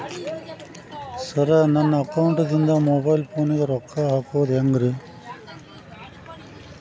Sir ನನ್ನ ಅಕೌಂಟದಿಂದ mobile ಫೋನಿಗೆ ರೊಕ್ಕ ಹಾಕೋದು ಹೆಂಗ್ರಿ?